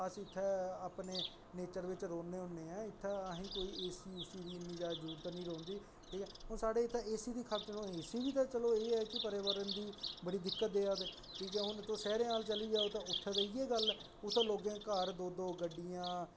अस इत्थै अपने नेचर बिच्च रौह्न्ने उ'ने हां इत्थै असें गी कोई ऐसी एसी दी ज्यादा कोई इन्नी जरुरत नेईं रौंह्दी ठीक ऐ हून साढ़े इत्थै एसी दी खपत रौहनी ए सी बी चलो एह् ऐ कि पर्यावरण दी बड़ी दिक्कत देआ दा ऐ ते तुस हून शैहरे अल चली जाओ ते उत्थै ते इ'यै गल्ल ऐ उत्थै लोकें दे घर दौं दौं गड्डियां